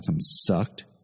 sucked